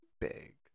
big